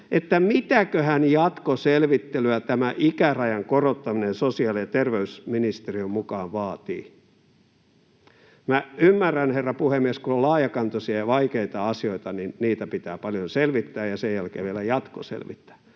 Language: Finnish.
mitäköhän jatkoselvittelyä tämä ikärajan korottaminen sosiaali‑ ja terveysministeriön mukaan vaatii? Minä ymmärrän, herra puhemies, kun on laajakantoisia ja vaikeita asioita, että niitä pitää paljon selvittää ja sen jälkeen vielä jatkoselvittää,